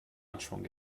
anschwung